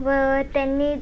व त्यांनी